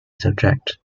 subject